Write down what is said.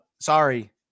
sorry